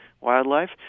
wildlife